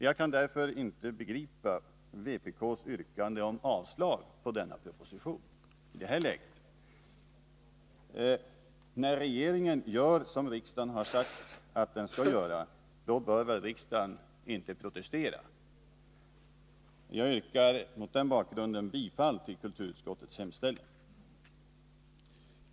Jag kan därför inte begripa vpk:s yrkande om avslag på propositionen i det här läget — när regeringen gör som riksdagen har sagt att den skall göra, då bör väl riksdagen inte protestera. Jag yrkar mot den bakgrunden bifall till kulturutskottets hemställan.